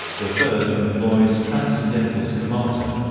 the third employs transcendental schemata.